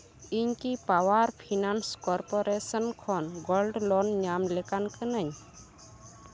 ᱤᱧ ᱠᱤ power finance corporation gold loan ᱧᱟᱢ ᱞᱮᱠᱟᱱ ᱠᱟᱹᱱᱟᱹᱧ